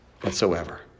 whatsoever